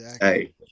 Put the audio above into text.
hey